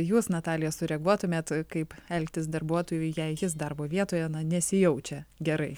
jūs natalija sureaguotumėt kaip elgtis darbuotojui jei jis darbo vietoje nesijaučia gerai